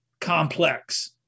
complex